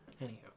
Anyhow